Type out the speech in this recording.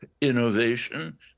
innovation